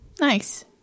Nice